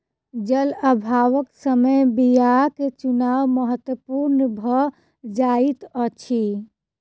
जल अभावक समय बीयाक चुनाव महत्पूर्ण भ जाइत अछि